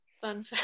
Fun